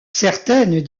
certaines